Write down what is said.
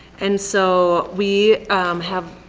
and so we have